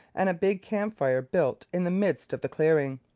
and a big camp-fire built in the midst of the clearing.